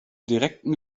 direkten